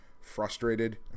frustrated